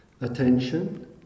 attention